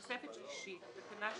תוספת שלישית תקנה 6(ה)